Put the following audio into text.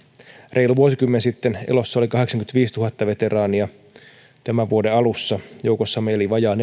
reilu vuosikymmen sitten elossa oli kahdeksankymmentäviisituhatta veteraania tämän vuoden alussa joukossamme eli vajaat